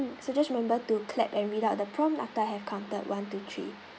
mm so just remember to clap and read out the prompt lah after I have counted one two three